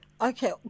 Okay